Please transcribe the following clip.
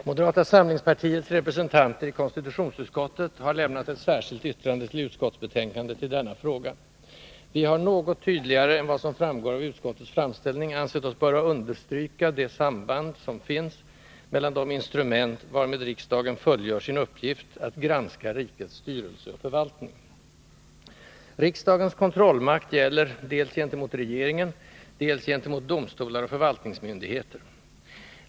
Herr talman! Moderata samlingspartiets representanter i konstitutionsutskottet har lämnat ett särskilt yttrande till utskottsbetänkandet i denna fråga. Vi har något tydligare än vad som framgår av utskottets framställning ansett oss böra understryka det samband som finns mellan de instrument varmed riksdagen fullgör sin uppgift att ”granska rikets styrelse och förvaltning”. Riksdagens kontrollmakt gäller dels gentemot regeringen, dels gentemot domstolar och förvaltningsmyndigheter.